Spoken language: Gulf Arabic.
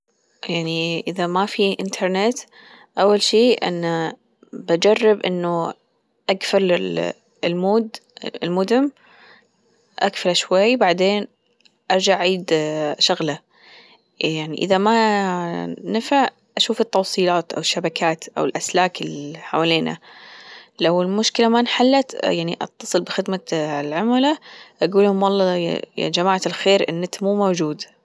يعني إذا ما في إنترنت أول شي إنه بأجرب إنه أقفل المود المودم أقفله شوي بعدين أرجع أعيد شغله يعني إذا ما نفع أشوف التوصيلات أو الشبكات أو الأسلاك اللي حوالينا لو المشكلة ما إنحلت يعني أتصل بخدمة العملاء أجول لهم والله يا جماعة الخير النت مو موجود.